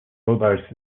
mobile